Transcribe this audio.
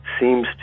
seems